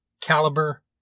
Caliber